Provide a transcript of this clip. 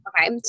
Okay